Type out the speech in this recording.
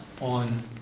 on